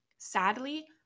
sadly